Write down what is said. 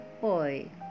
boy